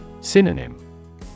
Synonym